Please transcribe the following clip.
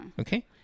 Okay